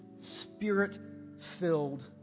Spirit-filled